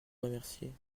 remercier